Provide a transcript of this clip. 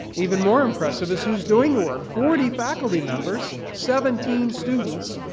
even more impressive is who is doing the work. forty faculty members, seventeen students,